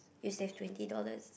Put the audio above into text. you save twenty dollars